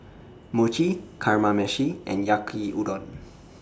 Mochi Kamameshi and Yaki Udon